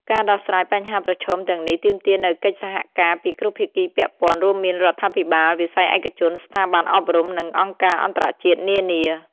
ការដោះស្រាយបញ្ហាប្រឈមទាំងនេះទាមទារនូវកិច្ចសហការពីគ្រប់ភាគីពាក់ព័ន្ធ រួមមានរដ្ឋាភិបាល វិស័យឯកជន ស្ថាប័នអប់រំ និងអង្គការអន្តរជាតិនានា។